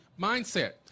mindset